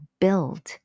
build